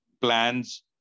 plans